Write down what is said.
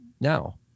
now